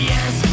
Yes